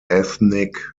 ethnic